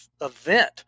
event